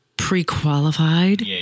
pre-qualified